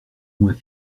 moins